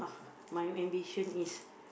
my ambition is